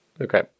Okay